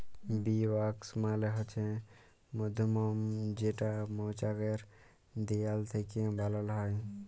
bee wax মালে হছে মধুমম যেটা মচাকের দিয়াল থ্যাইকে বালাল হ্যয়